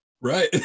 right